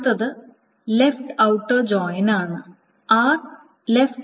അടുത്തത് left outer join ആണ്